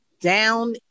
down